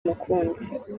mukunzi